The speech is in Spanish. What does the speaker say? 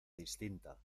distinta